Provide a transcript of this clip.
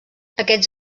aquests